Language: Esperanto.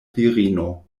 virino